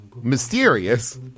mysterious